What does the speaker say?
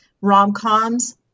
rom-coms